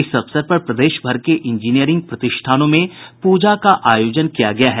इस अवसर पर प्रदेश भर के इंजीनियरिंग प्रतिष्ठानों में पूजा का आयोजन किया गया है